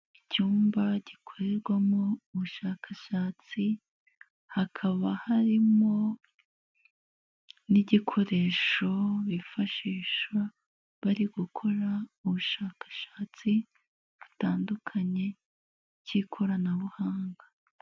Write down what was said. Icyumba gikorerwamo ubushakashatsi, hakaba harimo n'igikoresho bifashisha bari gukora ubushakashatsi butandukanye k'ikoranabuhanga.